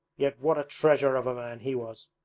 yet what a treasure of a man he was!